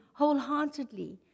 wholeheartedly